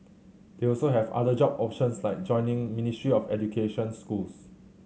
they also have other job options like joining Ministry of Education schools